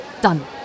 Done